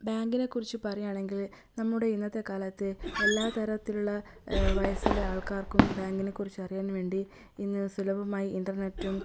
ബാങ്കിനെക്കുറിച്ച് പറയുകയാണെങ്കില് നമ്മുടെ ഇന്നത്തെ കാലത്ത് എല്ലാ തരത്തിലുള്ള വയസ്സിലെ ആൾക്കാർക്കും ബാങ്കിനെക്കുറിച്ച് അറിയാൻ വേണ്ടി ഇന്ന് സുലഭമായി ഇൻ്റർനെറ്റും